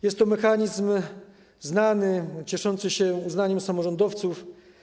Jest to mechanizm znany, cieszący się uznaniem samorządowców.